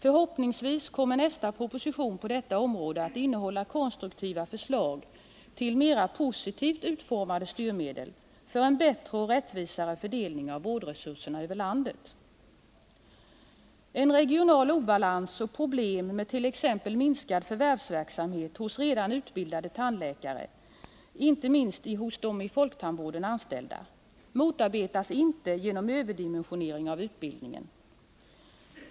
Förhoppningsvis kommer nästa proposition på detta område att innehålla konstruktiva förslag till mera positivt utformade styrmedel för en bättre och rättvisare fördelning av vårdresurserna över landet. En regional obalans och problem med t.ex. minskad förvärvsverksamhet hos redan utbildade tandläkare, inte minst hos dem i folktandvården anställda, motarbetas inte genom överdimensionering av utbildningen.